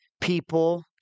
people